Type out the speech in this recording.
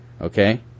Okay